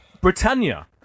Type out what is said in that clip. Britannia